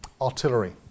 artillery